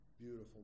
beautiful